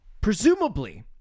presumably